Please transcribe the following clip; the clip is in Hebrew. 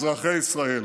אזרחי ישראל,